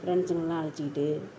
ஃபிரண்ட்ஸ்ங்களையெல்லாம் அழைச்சிக்கிட்டு